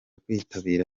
kwitabira